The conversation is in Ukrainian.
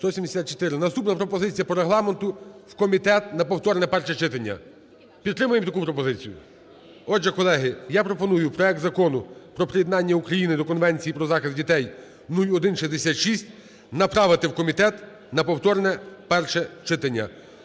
Наступна пропозиція. По Регламенту – в комітет на повторне перше читання. Підтримаємо таку пропозицію? Отже, колеги, я пропоную проект Закону про приєднання України до Конвенції про захист дітей (0166) направити в комітет на повторне перше читання.